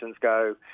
go